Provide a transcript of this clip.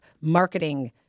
marketing